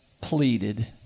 pleaded